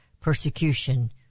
persecution